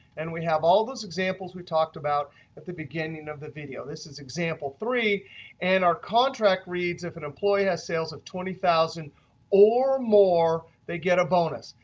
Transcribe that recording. and we have all of those examples we talked about at the beginning of the video. this is example three and our contract reads, if an employee has sales of twenty thousand dollars or more they get a bonus.